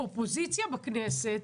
אופוזיציה בכנסת,